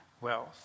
wealth